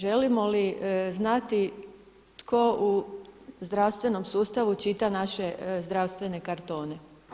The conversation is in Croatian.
Želimo li znati tko u zdravstvenom sustavu čita naše zdravstvene kartone?